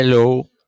Hello